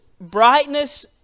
brightness